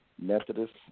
Methodist